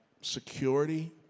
security